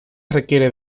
requiere